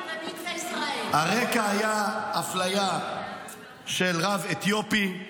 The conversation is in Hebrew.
הרקע היה אפליה של רב אתיופי.